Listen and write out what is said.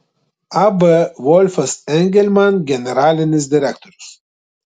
ab volfas engelman generalinis direktorius